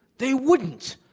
they wouldn't.